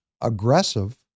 aggressive